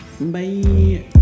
Bye